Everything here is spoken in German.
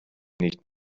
nicht